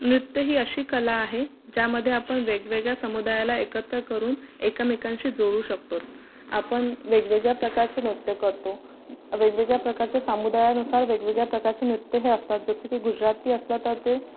नृत्य ही अशी कला आहे ज्यामध्ये आपण वेगवेगळ्या समुदायाला एकत्र करून एकमेकांशी जोडू शकतो आपण वेगवेगळ्या प्रकारची नृत्यं करतो वेगवेगळ्या प्रकारच्या समुदायानुसार वेगवेगळ्या प्रकारचे नृत्य हे असतात जसे की गुजराती असले तर ते